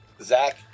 Zach